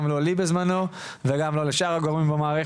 גם לא לי בזמנו, וגם לא לשאר הגורמים במערכת.